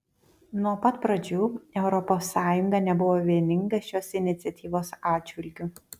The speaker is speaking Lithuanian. nuo pat pradžių europos sąjunga nebuvo vieninga šios iniciatyvos atžvilgiu